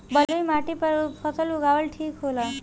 बलुई माटी पर फसल उगावल ठीक होला?